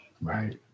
Right